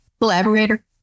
Collaborator